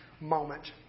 moment